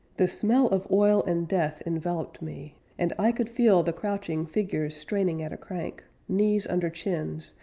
the smell of oil and death enveloped me, and i could feel the crouching figures straining at a crank, knees under chins,